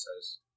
says